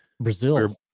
Brazil